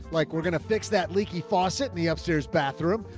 like, we're going to fix that leaky faucet in the upstairs bathroom.